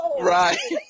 Right